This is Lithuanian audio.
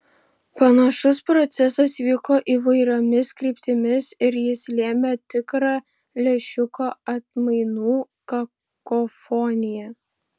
panašus procesas vyko įvairiomis kryptimis ir jis lėmė tikrą lęšiuko atmainų kakofoniją